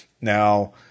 now